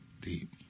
deep